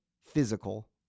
physical